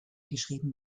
geschrieben